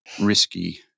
risky